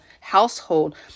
household